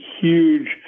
huge